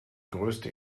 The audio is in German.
größte